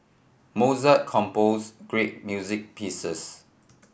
Mozart compose great music pieces